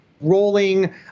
rolling